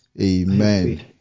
Amen